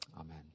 Amen